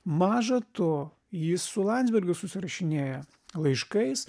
maža to jis su landsbergiu susirašinėja laiškais